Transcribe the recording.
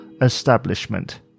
establishment